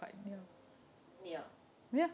near